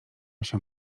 się